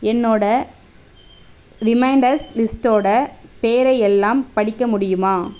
என்னோட ரிமைண்டர்ஸ் லிஸ்ட்டோட பேரை எல்லாம் படிக்க முடியுமா